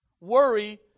worry